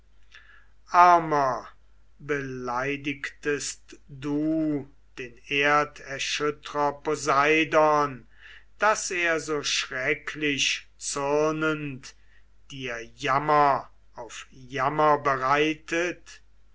armer beleidigtest du den erderschüttrer poseidon daß er so schrecklich zürnend dir jammer auf